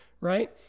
right